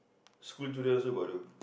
school children also got do